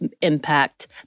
impact